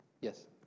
Yes